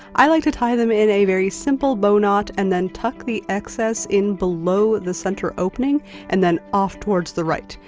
i like to tie them in a very simple bow knot, and then tuck the excess in below the center opening and then off towards the right.